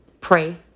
Pray